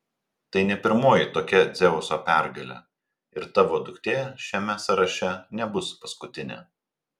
tai ne pirmoji tokia dzeuso pergalė ir tavo duktė šiame sąraše nebus paskutinė